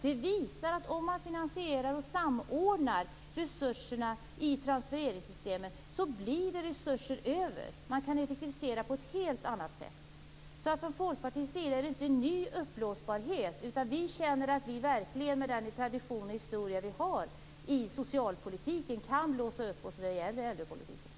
Projektet visar att om man finansierar och samordnar resurserna i transfereringssystemet blir det resurser över. Det går att effektivisera på ett helt annat sätt. Det handlar inte om ny uppblåsbarhet från Folkpartiets sida. Vi känner att med den tradition och historia vi har när det gäller socialpolitiken kan vi blåsa upp oss i fråga om äldrepolitiken.